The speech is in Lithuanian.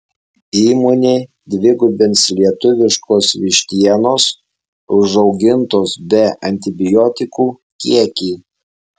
įmonė dvigubins lietuviškos vištienos užaugintos be antibiotikų kiekį